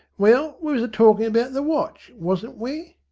well, we was a-talkin' about the watch, wasn't we?